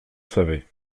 savait